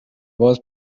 was